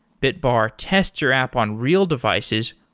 bitbar tests your app on real devices,